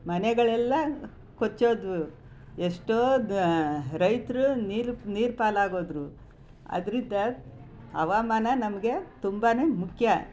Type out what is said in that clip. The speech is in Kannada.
ಮನೆಗಳೆಲ್ಲ ಕೊಚ್ಚಿ ಹೋದ್ವು ಎಷ್ಟೋ ರೈತರು ನೀರು ನೀರು ಪಾಲಾಗ್ಹೋದ್ರು ಅದರಿಂದ ಹವಾಮಾನ ನಮಗೆ ತುಂಬ ಮುಖ್ಯ